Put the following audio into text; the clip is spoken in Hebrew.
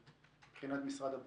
מבחינת משרד הבריאות?